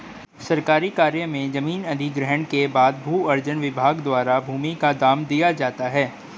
सरकारी कार्य में जमीन अधिग्रहण के बाद भू अर्जन विभाग द्वारा भूमि का दाम दिया जाता है